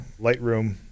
Lightroom